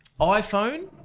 iPhone